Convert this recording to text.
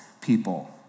people